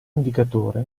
indicatore